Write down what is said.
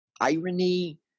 irony